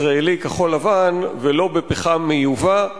ישראלי, כחול-לבן, ולא בפחם מיובא,